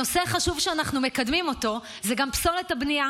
נושא חשוב שאנחנו גם מקדמים זה פסולת הבנייה